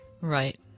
Right